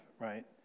right